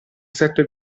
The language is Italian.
sette